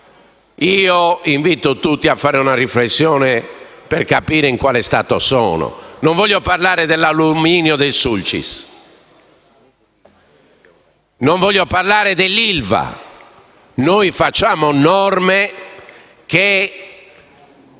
invito tutti a fare una riflessione per capire in quale stato sono. Non voglio parlare dell'alluminio del Sulcis e dell'ILVA. Noi approviamo norme che